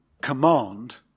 command